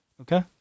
Okay